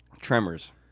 Tremors